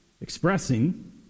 expressing